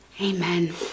Amen